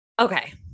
okay